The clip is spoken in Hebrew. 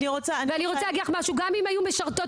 << יור >> פנינה תמנו (יו"ר הוועדה לקידום מעמד האישה ולשוויון